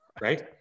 Right